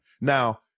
Now